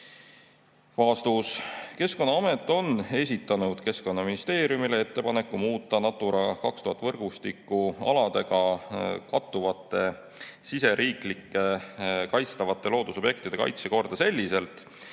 Vastus. Keskkonnaamet on esitanud Keskkonnaministeeriumile ettepaneku muuta Natura 2000 võrgustiku aladega kattuvate siseriiklike kaitstavate loodusobjektide kaitse korda selliselt,